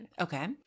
Okay